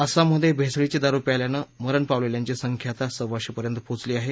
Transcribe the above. आसाममधे भेसळीची दारु प्यायल्यानं मरण पावलेल्यांची संख्या आता सव्वाशेपर्यंत पोचली आहे